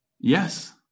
Yes